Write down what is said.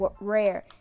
rare